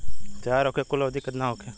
तैयार होखे के कुल अवधि केतना होखे?